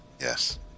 Yes